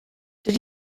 did